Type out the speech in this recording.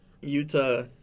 Utah